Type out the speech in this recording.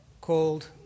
called